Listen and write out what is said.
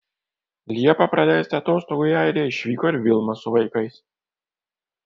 liepą praleisti atostogų į airiją išvyko ir vilma su vaikais